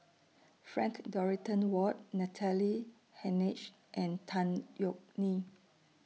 Frank Dorrington Ward Natalie Hennedige and Tan Yeok Nee